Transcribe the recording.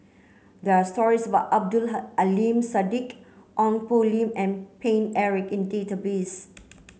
there are stories about Abdul Aleem Siddique Ong Poh Lim and Paine Eric in the database